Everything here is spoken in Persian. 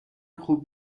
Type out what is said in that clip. خوب